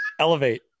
Elevate